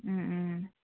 ꯎꯝ ꯎꯝ